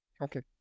Okay